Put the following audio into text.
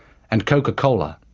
and coca-cola.